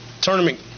tournament